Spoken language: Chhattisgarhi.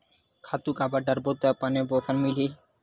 खातु काबर डारबो त बने पोषण मिलही?